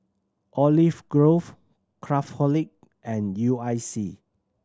Olive Grove Craftholic and U I C